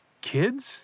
kids